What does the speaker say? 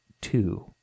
two